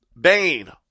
Bane